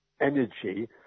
energy